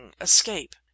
escape